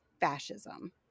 fascism